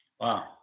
Wow